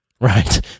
right